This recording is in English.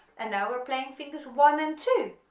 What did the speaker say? and now we're playing fingers one and two